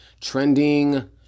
trending